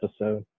episode